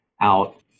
out